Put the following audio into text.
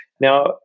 now